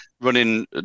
running